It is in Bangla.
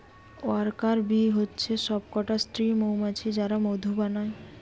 ওয়ার্কার বী হচ্ছে সব কটা স্ত্রী মৌমাছি যারা মধু বানায়